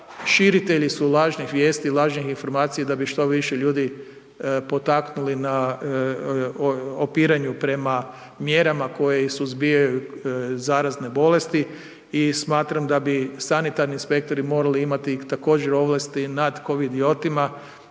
širitelji su lažnih vijesti i lažnih informacija da bi što više ljudi potaknuli na opiranju prema mjerama koje suzbijaju zarazne bolesti i smatram da bi sanitarni inspektori morali imati također, ovlasti nad kovidiotima